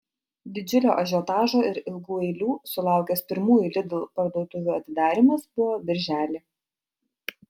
didžiulio ažiotažo ir ilgų eilių sulaukęs pirmųjų lidl parduotuvių atidarymas buvo birželį